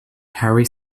harry